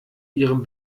ihrem